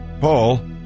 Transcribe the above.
Paul